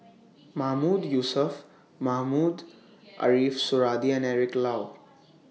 Mahmood Yusof Mohamed Ariff Suradi and Eric Low